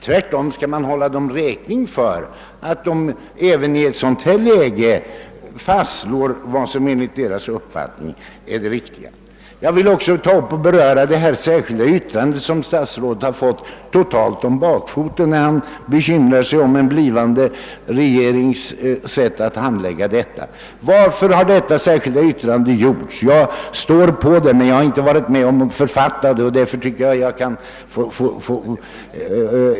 Man bör tvärtom hålla dem räkning för att de även i ett sådant här läge fastslår vad som enligt deras uppfattning är det riktiga. Jag vill också beröra det särskilda yttrandet, som herr statsrådet har fått totalt om bakfoten när han bekymrar sig om en blivande regerings sätt att handlägga frågan. Varför har detta särskilda yttrande avgivits? Jag har skrivit under det, men jag har inte varit med om att författa det.